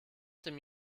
tym